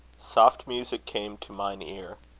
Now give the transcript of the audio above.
soft music came to mine ear.